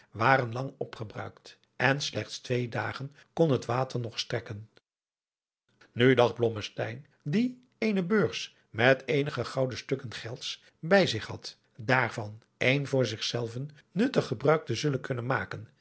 waren lang opgebruikt en slechts twee dagen kon het water nog strekken nu dacht blommesteyn die eene beurs met eenige gouden stukken gelds bij zich had daarvan een voor zich zelven nuttig gebruik te zullen kunnen maken